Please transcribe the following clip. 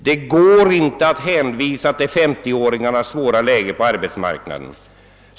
Det går inte att hänvisa till 50 åringarnas svåra läge på arbetsmarknaden.